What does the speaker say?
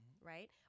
right